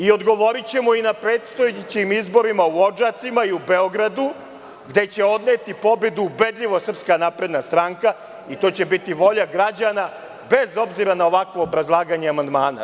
Odgovorićemo na predstojećim izborima u Odžacima i u Beogradu, gde će odneti pobedu ubedljivo SNS i to će biti volja građana, bez obzira na ovakvo obrazlaganje amandmana.